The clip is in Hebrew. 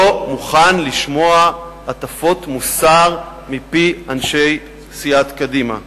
לא מוכן לשמוע הטפות מוסר מפי אנשי סיעת קדימה.